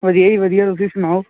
ਵਧੀਆ ਜੀ ਵਧੀਆ ਤੁਸੀਂ ਸੁਣਾਓ